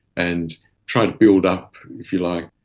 and trying to build up, if you like,